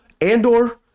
Andor